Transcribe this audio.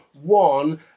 one